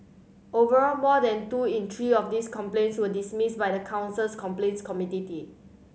overall more than two in three of these complaints were dismissed by the council's complaints committee